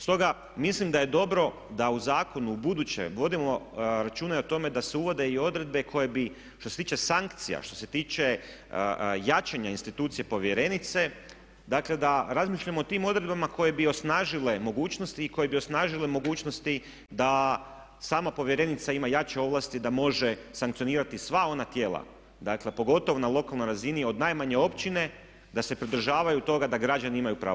Stoga mislim da je dobro da u zakonu ubuduće vodimo računa i o tome da se uvode i odredbe koje bi što se tiče sankcija, što se tiče jačanja institucije povjerenice, dakle da razmišljamo o tim odredbama koje bi osnažile mogućnosti i koje bi osnažile mogućnosti da sama povjerenica ima jače ovlasti da može sankcionirati sva ona tijela dakle a pogotovo na lokalnoj razini od najmanje općine da se pridržavaju toga da građani imaju pravo znati.